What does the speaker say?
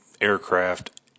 aircraft